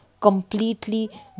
completely